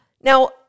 Now